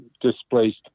displaced